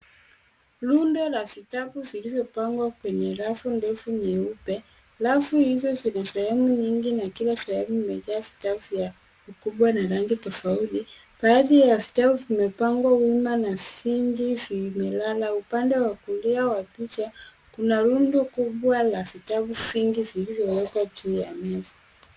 Rundo la vitabu vilivyopangwa kwenye rafu ndefu nyeupe, rafu hizo zenye sehemu nyingi na kila sehemu imejaa vitabu vikubwa na rangi tofauti. Baadhi ya vitabu vimepangwa wima na vingi vimelala. Upande wa kulia wa picha kuna rundo kubwa la vitabu vingi vilivyowekwa juu ya meza.